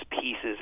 pieces